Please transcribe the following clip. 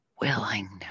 willingness